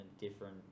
different